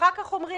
אחר כך אומרים: